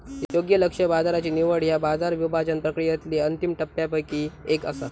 योग्य लक्ष्य बाजाराची निवड ह्या बाजार विभाजन प्रक्रियेतली अंतिम टप्प्यांपैकी एक असा